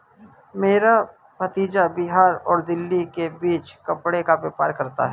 मेरा भतीजा बिहार और दिल्ली के बीच कपड़े का व्यापार करता है